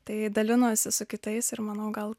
tai dalinosi su kitais ir manau gal